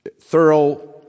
thorough